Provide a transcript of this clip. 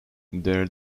there